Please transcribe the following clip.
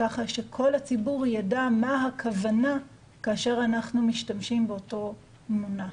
כך שכל הציבור יידע מה הכוונה כאשר אנחנו משתמשים באותו מונח.